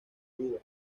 duda